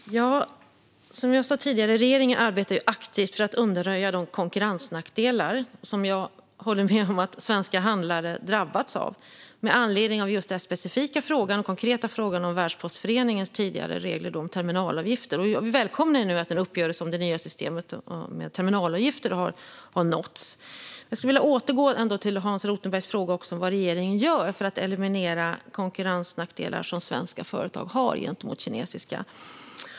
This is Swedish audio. Fru talman! Som jag sa tidigare arbetar regeringen aktivt för att undanröja de konkurrensnackdelar som jag håller med om att svenska handlare drabbats av. Med anledning av den specifika och konkreta frågan om Världspostföreningens tidigare regler om terminalavgifter välkomnar vi att en uppgörelse om det nya systemet med terminalavgifter har nåtts. Låt mig återgå till Hans Rothenbergs fråga om vad regeringen gör för att eliminera konkurrensnackdelar som svenska företag har gentemot kinesiska.